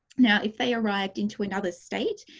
now, if they arrived into another state,